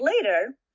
later